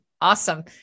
Awesome